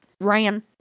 Ran